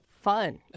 fun